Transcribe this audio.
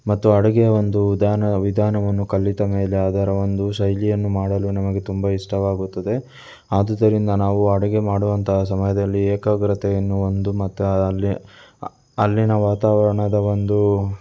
ಮತ್ತು ಅಡುಗೆಯ ಒಂದು ವಿಧಾನ ವಿಧಾನವನ್ನು ಕಲಿತ ಮೇಲೆ ಅದರ ಒಂದು ಶೈಲಿಯನ್ನು ಮಾಡಲು ನಮಗೆ ತುಂಬ ಇಷ್ಟವಾಗುತ್ತದೆ ಆದುದರಿಂದ ನಾವು ಅಡುಗೆ ಮಾಡುವಂಥ ಸಮಯದಲ್ಲಿ ಏಕಾಗ್ರತೆಯನ್ನು ಒಂದು ಮತ್ತೆ ಅಲ್ಲಿ ಅಲ್ಲಿನ ವಾತಾವರಣದ ಒಂದೂ